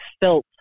felt